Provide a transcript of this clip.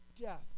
death